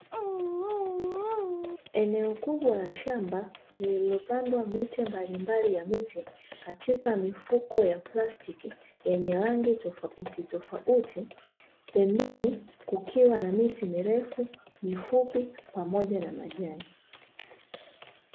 Eneo kubwa la shamba lililopandwa miche mbalimbali ya miti katika mifuko ya plastiki yenye rangi tofauti tofauti pembeni kukiwa na miti mirefu, mifupi pamoja na majani.